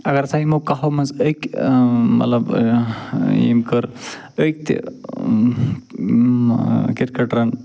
اگر ہسا یِمو کَہو منٛز أکۍ مطلب ییٚمہِ کٔر أکۍ تہِ کِرکَٹرَن